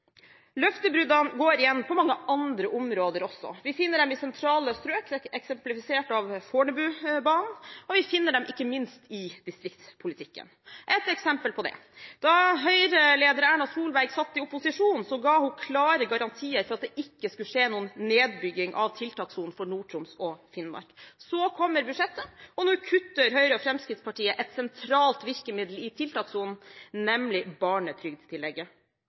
Løftebruddene går igjen på mange andre områder også – vi finner dem i sentrale strøk, eksemplifisert av Fornebubanen, og vi finner dem ikke minst i distriktspolitikken. Et eksempel på det: Da Høyre-leder Erna Solberg satt i opposisjon, ga hun klare garantier for at det ikke skulle skje noen nedbygging av tiltakssonen for Nord-Troms og Finnmark. Så kommer budsjettet, og nå kutter Høyre og Fremskrittspartiet et sentralt virkemiddel i tiltakssonen, nemlig barnetrygdtillegget.